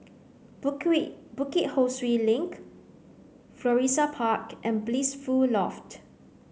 Bukit Bukit Ho Swee Link Florissa Park and Blissful Loft